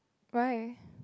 why